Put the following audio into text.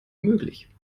möglich